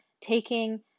taking